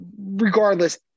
Regardless